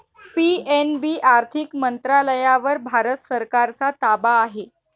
PNB आर्थिक मंत्रालयावर भारत सरकारचा ताबा आहे